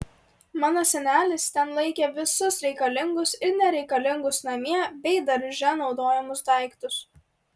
mano senelis ten laikė visus reikalingus ir nereikalingus namie bei darže naudojamus daiktus